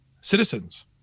citizens